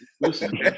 listen